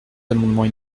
amendements